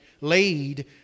laid